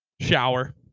shower